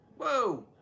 Whoa